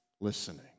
listening